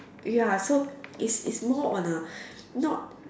ya so it's it's more on a not